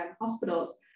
hospitals